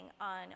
on